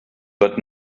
but